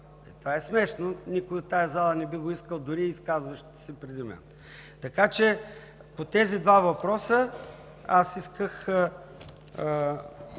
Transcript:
Това е смешно, никой от тази зала не би го искал, дори и изказващите преди мен. Така че по тези два въпроса исках